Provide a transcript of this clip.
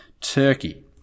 Turkey